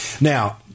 now